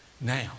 Now